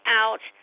out